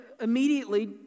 immediately